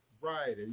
right